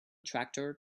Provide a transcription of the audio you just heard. tractor